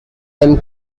them